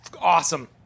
awesome